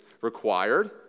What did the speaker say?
required